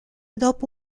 dopo